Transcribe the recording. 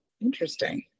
interesting